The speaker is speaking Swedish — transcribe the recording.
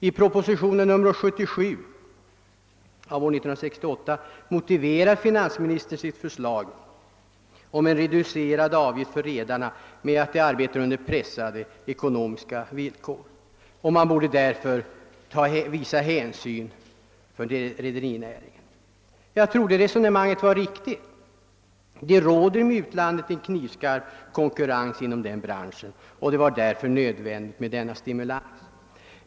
I proposition nr 77 år 1968 motiverar finansministern sitt förslag om en reducerad avgift för redarna med att de arbetar under pressade ekonomiska villkor och att man därför bör visa hänsyn mot rederinäringen. Jag tror att det resonemanget är riktigt. Det råder i utlandet en knivskarp konkurrens inom denna bransch, och det var därför nödvändigt med stimulans.